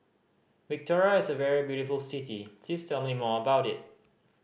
Victoria is a very beautiful city please tell me more about it